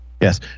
Yes